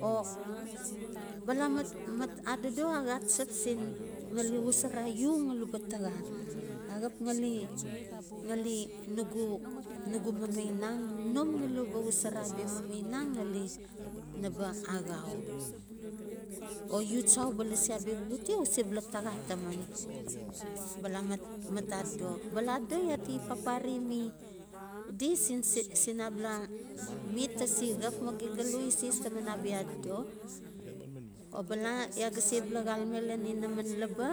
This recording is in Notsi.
O, bala matmat adodo axatap siin, ngali xosara iu ngali ba taxa. Axap ngali-ngali nugu-onugu mamainang ngali naba axau. O in tsa uba lasi abia xuxute o u sebula taxa, taman. Bala mat-mat adodo. Bala adodo ia ti paper mi di siin-siin abala met ta se xap ma gem ga lo eses taman abia afofo. O bala iaa ga subula xalame lan inaman laba,